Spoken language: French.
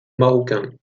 marocains